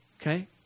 Okay